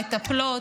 מטפלות.